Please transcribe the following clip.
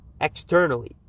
externally